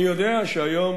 אני יודע שהיום,